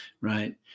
Right